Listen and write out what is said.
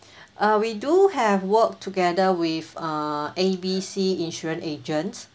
uh we do have work together with uh A B C insurance agents